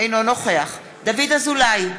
אינו נוכח דוד אזולאי,